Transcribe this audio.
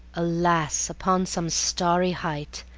alas! upon some starry height,